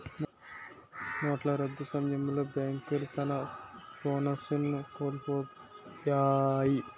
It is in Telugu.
నోట్ల రద్దు సమయంలో బేంకులు తన బోనస్లను కోలుపొయ్యాయి